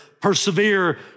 persevere